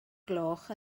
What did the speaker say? gloch